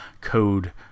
code